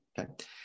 Okay